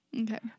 Okay